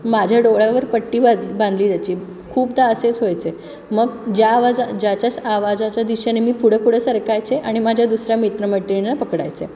माझ्या डोळ्यावर पट्टी बाज बांधली जायची खूपदा असेच व्हायचे मग ज्या आवाज ज्याच्या आवाजाच्या दिशेने मी पुढं पुढे सरकारायचे आणि माझ्या दुसऱ्या मित्रमैत्रिणींना पकडायचे